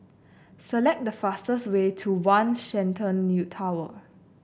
select the fastest way to One Shenton New Tower